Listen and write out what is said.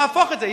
נהפוך את זה.